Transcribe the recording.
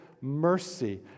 mercy